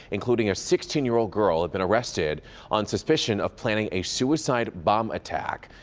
including a sixteen year old girl have been arrested on suspicion of planning a suicide bomb attack.